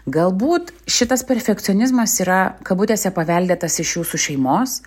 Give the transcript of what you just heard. galbūt šitas perfekcionizmas yra kabutėse paveldėtas iš jūsų šeimos